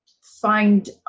find